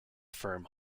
firm